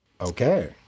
Okay